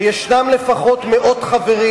ויש לפחות מאות חברים